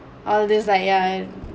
all these like ya and